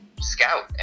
scout